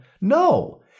no